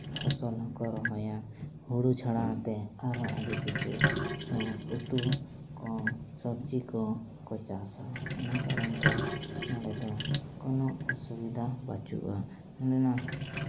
ᱯᱷᱚᱥᱚᱞ ᱠᱚ ᱨᱚᱦᱚᱭᱟ ᱦᱩᱲᱩ ᱪᱷᱟᱲᱟ ᱠᱟᱛᱮ ᱟᱨᱦᱚᱸ ᱟᱹᱰᱤ ᱠᱤᱪᱷᱩ ᱩᱛᱩ ᱠᱚ ᱥᱚᱵᱽᱡᱤ ᱠᱚᱠᱚ ᱪᱟᱥᱟ ᱚᱱᱟ ᱠᱟᱨᱚᱱᱛᱮ ᱱᱚᱸᱰᱮ ᱫᱚ ᱥᱩᱵᱤᱫᱷᱟ ᱠᱚ ᱵᱟᱹᱪᱩᱜᱼᱟ